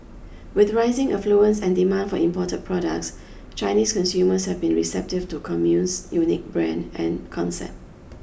with rising affluence and demand for imported products Chinese consumers have been receptive to Commune's unique brand and concept